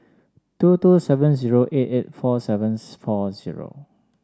two two seven zero eight eight four seventh four zero